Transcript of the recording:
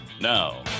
Now